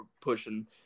pushing